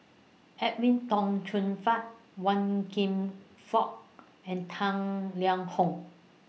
Edwin Tong Chun Fai Wan Kam Fook and Tang Liang Hong